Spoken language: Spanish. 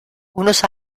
unos